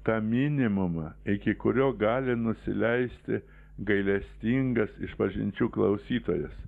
ta minimuma iki kurio gali nusileisti gailestingas išpažinčių klausytojas